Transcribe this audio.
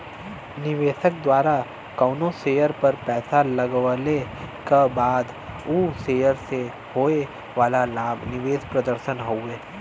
निवेशक द्वारा कउनो शेयर पर पैसा लगवले क बाद उ शेयर से होये वाला लाभ निवेश प्रदर्शन हउवे